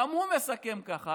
גם הוא מסכם ככה.